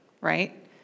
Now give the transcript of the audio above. right